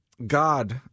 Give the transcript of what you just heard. God